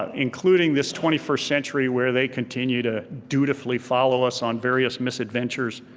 um including this twenty first century where they continue to dutifully follow us on various misadventures.